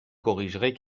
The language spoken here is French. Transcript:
corrigerez